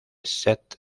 set